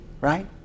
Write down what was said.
right